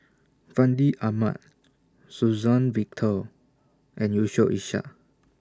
Fandi Ahmad Suzann Victor and Yusof Ishak